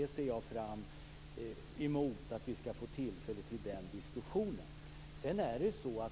Jag ser fram emot att vi skall få tillfälle till den diskussionen.